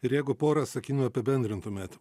ir jeigu porą sakinių apibendrintumėt